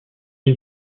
une